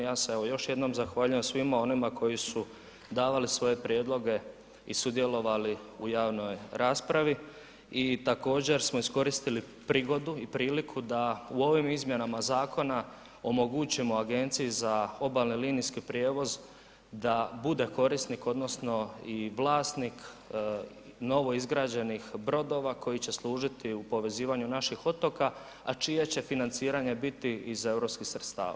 Ja se evo još jednom zahvaljujem svima onima koji su davali svoje prijedloge i sudjelovali u javnoj raspravi i također smo iskoristili prigodu i priliku da u ovim izmjenama zakona omogućimo agenciji za obalni i linijski prijevoz da bude korisnik odnosno i vlasnik novoizgrađenih brodova koji će služiti u povezivanju naših otoka a čije će financiranje biti iz europskih sredstava.